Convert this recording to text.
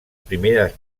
primeres